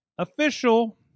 official